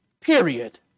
period